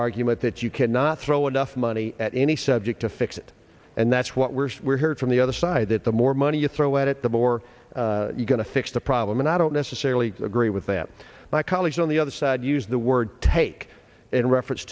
argument that you cannot throw enough money at any subject to fix it and that's what we're we're hearing from the other side that the more money you throw at it the more you're going to fix the problem and i don't necessarily agree with that my colleagues on the other side used the word take in reference